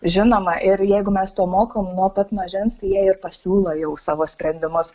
žinoma ir jeigu mes to mokom nuo pat mažens tai jie ir pasiūlo jau savo sprendimus